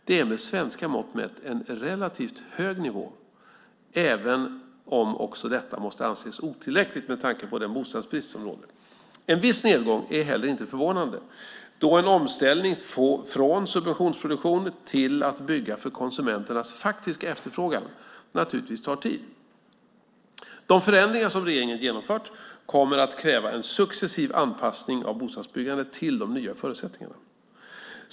Det är med svenska mått mätt en relativt hög nivå även om också detta måste anses otillräckligt med tanke på den bostadsbrist som råder. En viss nedgång är heller inte förvånande då en omställning från subventionsproduktion till att bygga för konsumenternas faktiska efterfrågan naturligtvis tar tid. De förändringar som regeringen genomfört kommer att kräva en successiv anpassning av bostadsbyggandet till de nya förutsättningarna.